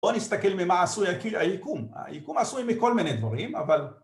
בוא נסתכל ממה עשוי היקום, היקום עשוי מכל מיני דברים אבל